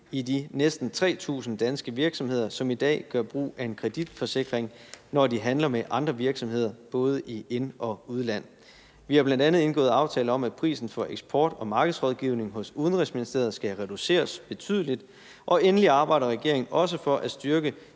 i de næsten 3.000 danske virksomheder, som i dag gør brug af en kreditforsikring, når de handler med andre virksomheder både i ind- og udland. Vi har bl.a. indgået aftale om, at prisen for eksport- og markedsrådgivning hos Udenrigsministeriet skal reduceres betydeligt. Og endelig arbejder regeringen også for at styrke